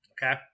Okay